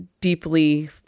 deeply